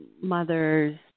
mothers